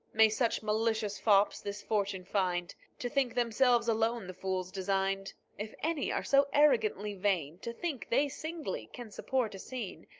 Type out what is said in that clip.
may such malicious fops this fortune find, to think themselves alone the fools designed if any are so arrogantly vain, to think they singly can support a scene,